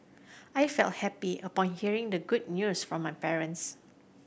I felt happy upon hearing the good news from my parents